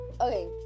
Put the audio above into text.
Okay